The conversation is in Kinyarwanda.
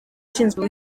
ishinzwe